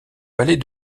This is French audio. palais